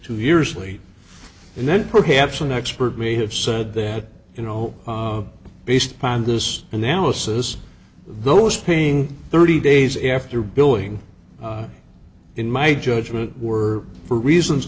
two years lee and then perhaps an expert may have said that you know based upon this analysis those paying thirty days after billing in my judgment were for reasons